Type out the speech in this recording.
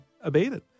abated